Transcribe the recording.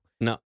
No